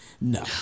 No